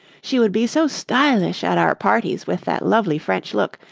she would be so stylish at our parties with that lovely french look,